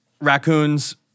raccoons